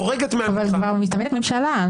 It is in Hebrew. חורגת --- אבל כבר מסתמנת ממשלה.